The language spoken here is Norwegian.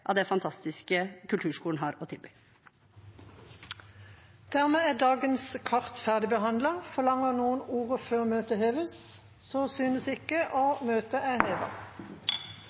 av det fantastiske kulturskolen har å tilby. Debatten i sak nr. 8 er omme. Dermed er dagens kart ferdigbehandlet. Forlanger noen ordet før møtet heves? – Så synes ikke, og møtet er